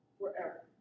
forever